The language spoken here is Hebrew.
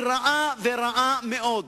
היא רעה, רעה מאוד.